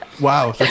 Wow